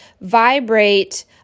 vibrate